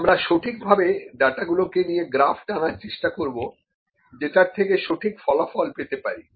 আমরা সঠিক ভাবে ডাটা গুলোকে দিয়ে গ্রাফ টানার চেষ্টা করবো যেটার থেকে সঠিক ফলাফল পেতে পারি